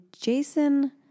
Jason